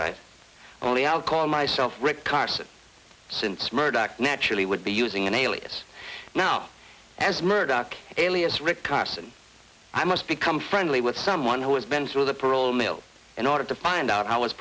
right only i'll call myself rick carson since murdoch naturally would be using an alias now as murdoch alias rick carson i must become friendly with someone who has been through the parole mill in order to find out how